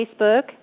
Facebook